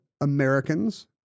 Americans